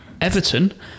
Everton